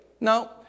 No